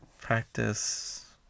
practice